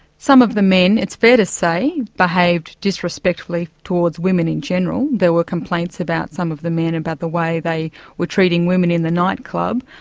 some of the men, it's fair to say, behaved disrespectfully towards women in general. there were complaints about some of the men about the way they were treating women in the night club.